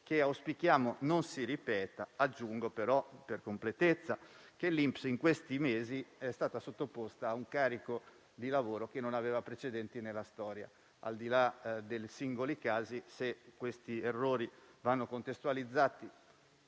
che auspichiamo non si ripeta. Aggiungo, però, per completezza che l'INPS in questi mesi è stato sottoposto a un carico di lavoro che non ha precedenti nella storia. Al di là dei singoli casi, se questi errori vanno contestualizzati,